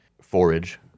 forage